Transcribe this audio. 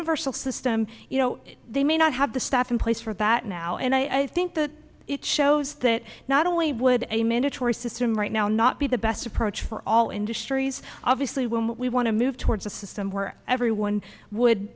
universal system you know they may not have the staff in place for that now and i think that it shows is that not only would a mandatory system right now not be the best approach for all industries obviously when we want to move towards a system where everyone would